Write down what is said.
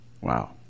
Wow